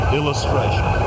Illustration